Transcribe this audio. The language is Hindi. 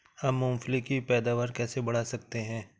हम मूंगफली की पैदावार कैसे बढ़ा सकते हैं?